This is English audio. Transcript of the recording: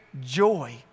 joy